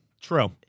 True